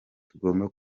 tugomba